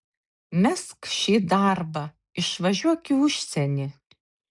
mesk šį darbą išvažiuok į užsienį